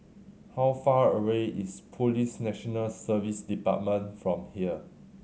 how far away is Police National Service Department from here